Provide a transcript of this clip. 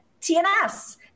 TNS